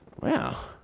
wow